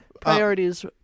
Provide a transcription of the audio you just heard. priorities